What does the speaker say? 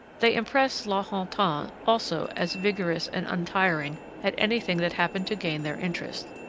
they impressed la hontan also as vigorous and untiring at anything that happened to gain their interest.